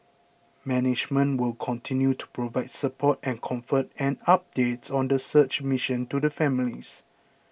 management will continue to provide support and comfort and updates on the search mission to the families